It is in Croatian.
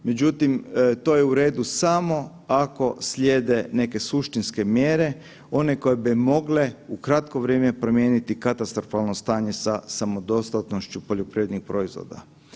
Međutim, to je u redu samo ako slijede neke suštinske mjere one koje bi mogle u kratko vrijeme promijeniti katastrofalno stanje sa, sa samodostatnošću poljoprivrednih proizvoda.